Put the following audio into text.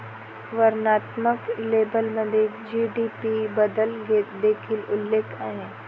वर्णनात्मक लेबलमध्ये जी.डी.पी बद्दल देखील उल्लेख आहे